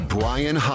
Brian